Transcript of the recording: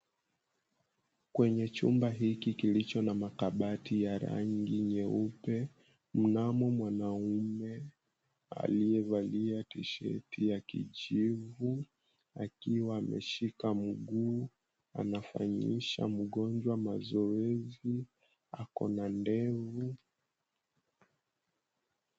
Kwenye chumba hiki kilicho na kabati ya rangi nyeupe, mnamo mwanamume aliyevalia tisheti ya kijivu, akiwa ameshika mguu anafanyisha mgonjwa mazoezei. Akona ndevu.